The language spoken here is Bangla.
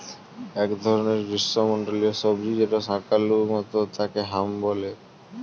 এক ধরনের গ্রীষ্মমন্ডলীয় সবজি যেটা শাকালু মতো তাকে হাম বলে